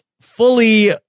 fully